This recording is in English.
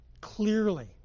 clearly